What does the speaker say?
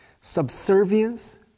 Subservience